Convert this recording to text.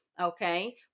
Okay